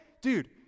Dude